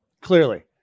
Clearly